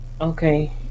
Okay